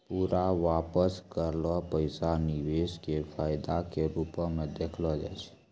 पूरा वापस करलो पैसा निवेश के फायदा के रुपो मे देखलो जाय छै